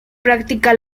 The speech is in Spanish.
práctica